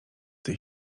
tej